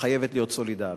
חייבת להיות סולידריות.